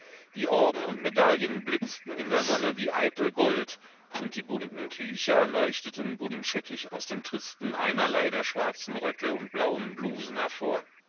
die orden und medaillen blitzten in der sonne wie eitel gold und die bunten tücher leuchteten buntscheckig aus dem tristen einerlei der schwarzen röcke und blauen blusen hervor